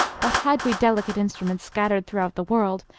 but had we delicate instruments scattered throughout the world,